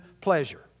pleasure